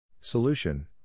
Solution